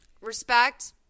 Respect